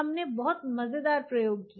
हमने बहुत मजेदार प्रयोग किया